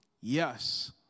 Yes